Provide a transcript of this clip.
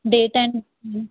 day time